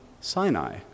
Sinai